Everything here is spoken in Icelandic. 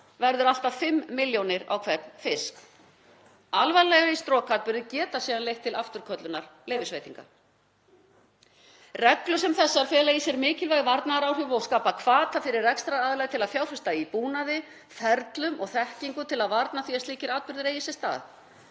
verður allt að 5 millj. kr. á hvern fisk. Alvarlegir strokatburðir geta síðan leitt til afturköllunar leyfisveitingar. Reglur sem þessar fela í sér mikilvæg varnaðaráhrif og skapa hvata fyrir rekstraraðila til að fjárfesta í búnaði, ferlum og þekkingu til að varna því að slíkir atburðir eigi sér stað.